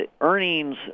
earnings